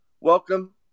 welcome